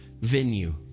venue